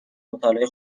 مطالعه